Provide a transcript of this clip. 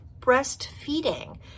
breastfeeding